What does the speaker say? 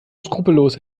skrupellos